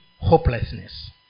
hopelessness